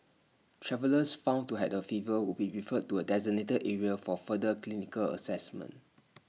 travellers found to have A fever will be referred to A designated area for further clinical Assessment